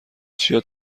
چیا